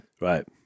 Right